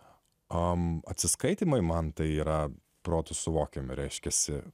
am atsiskaitymai man tai yra protu suvokiami reiškiasi